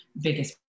biggest